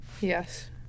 Yes